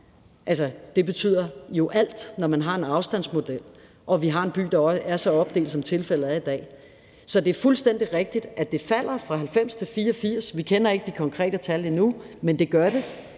det betyder jo alt, når man har en afstandsmodel og vi har en by, der er så opdelt, som tilfældet er i dag. Så det er fuldstændig rigtigt, at det falder fra 90 pct. til 84 pct. – vi kender ikke de konkrete tal endnu, men det falder